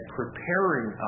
preparing